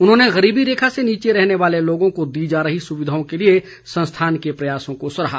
उन्होंने गरीबी रेखा से नीचे रहने वाले लोगों को दी जा रही सुविधाओं के लिए संस्थान के प्रयासों को सराहा